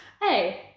Hey